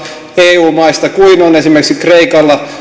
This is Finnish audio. eu maista samalla tasolla kuin on esimerkiksi kreikalla